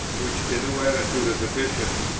which the new attitude of the bishops,